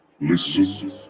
Listen